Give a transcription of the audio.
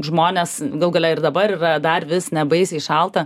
žmonės galų gale ir dabar yra dar vis nebaisiai šalta